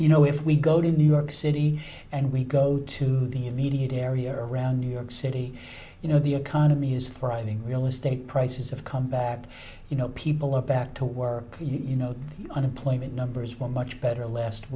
you know if we go to new york city and we go to the immediate area around new york city you know the economy is thriving real estate prices have come back you know people up back to work you know unemployment numbers were much better last